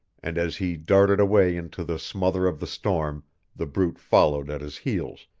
and as he darted away into the smother of the storm the brute followed at his heels,